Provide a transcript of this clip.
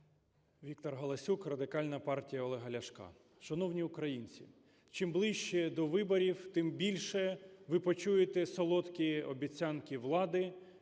Віктор Галасюк, Радикальна партія Олега Ляшка. Шановні українці, чим ближче до виборів, тим більше ви почуєте солодкі обіцянки влади,